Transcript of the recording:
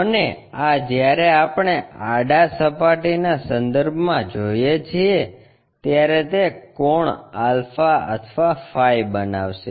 અને આ જ્યારે આપણે આડા સપાટીના સંદર્ભમાં જોઈએ છીએ ત્યારે તે કોણ આલ્ફા અથવા ફાઇ બનાવશે